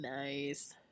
nice